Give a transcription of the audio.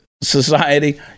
society